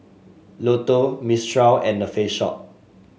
Lotto Mistral and The Face Shop